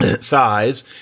size